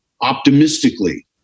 optimistically